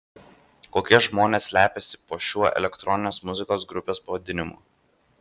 kokie žmonės slepiasi po šiuo elektroninės muzikos grupės pavadinimu